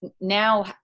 now